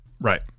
Right